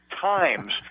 times